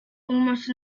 almost